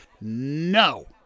no